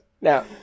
Now